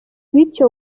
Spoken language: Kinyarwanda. bityo